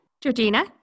Georgina